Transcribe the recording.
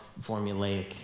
formulaic